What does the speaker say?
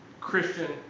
Christian